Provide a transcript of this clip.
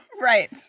Right